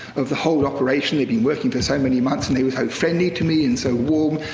of the whole operation. they'd been working for so many months, and they were so friendly to me, and so warm.